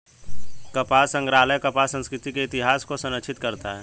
कपास संग्रहालय कपास संस्कृति के इतिहास को संरक्षित करता है